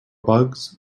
bugs